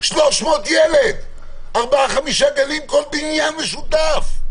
יש לעיתים 300 ילדים בכל בניין משותף.